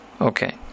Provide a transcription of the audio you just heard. Okay